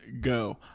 go